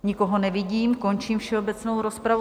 Nikoho nevidím, končím všeobecnou rozpravu.